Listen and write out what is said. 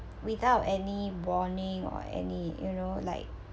without any warning or any you know like